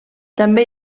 també